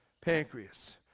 pancreas